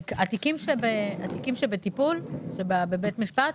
התיקים שבטיפול בבית משפט,